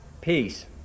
peace